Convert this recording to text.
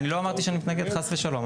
אני לא אמרתי שאני מתנגד, חס ושלום.